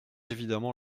évidemment